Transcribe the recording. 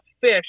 fish